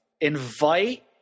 Invite